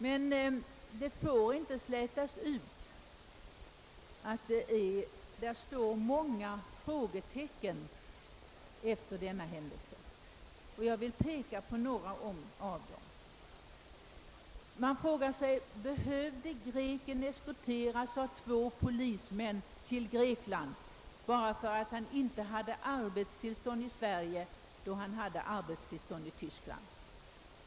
Men det får inte undanskymmas att många frågetecken finns efter denna händelse. Jag vill peka på några av dem. Behövde greken eskorteras av två polismän till Grekland bara för att han inte hade arbetstillstånd i Sverige, då han hade arbetstillstånd i Västtyskland?